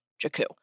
Jakku